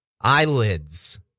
Eyelids